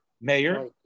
Mayor